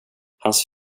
hans